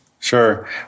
Sure